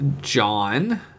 John